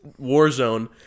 Warzone